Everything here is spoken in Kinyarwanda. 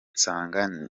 nsanga